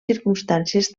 circumstàncies